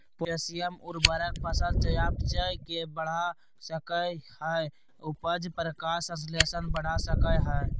potassium उर्वरक फसल चयापचय के बढ़ा सकई हई, उपज, प्रकाश संश्लेषण बढ़ा सकई हई